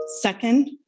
Second